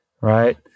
right